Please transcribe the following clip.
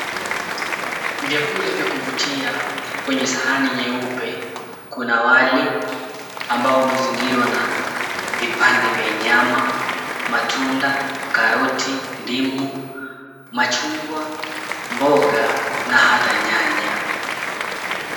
Vyakula vya kuvutia kwenye sahani nyeupe. Kuna wali, ambao umezingirwa na vipande vya nyama, matunda, karoti, ndimu, machungwa, mboga na hata nyanya.